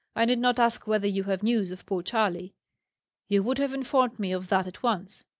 i need not ask whether you have news of poor charley you would have informed me of that at once.